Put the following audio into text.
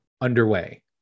underway